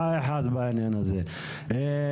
גם תהיה תכנית אב מעבר להרחבה של לוח 2?